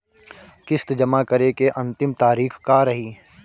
किस्त जमा करे के अंतिम तारीख का रही?